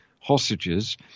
hostages